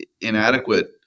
inadequate